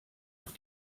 auf